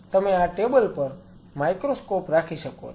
અથવા તમે આ ટેબલ પર માઇક્રોસ્કોપ રાખી શકો છો